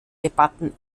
debatten